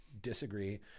disagree